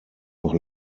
noch